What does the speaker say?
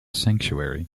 sanctuary